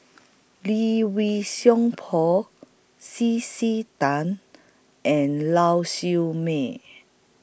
Lee Wei Song Paul C C Tan and Lau Siew Mei